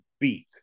beat